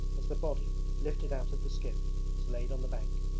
as the body, lifted out of the skiff, was laid on the bank,